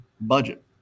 budget